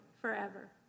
forever